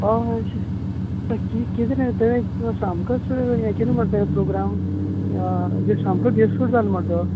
होय शी किद किद रे ते सामकोच यें केलो मरे तेणें प्रोग्राम सामको बेसूर जालो मरे तो